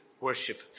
worship